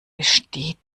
besteht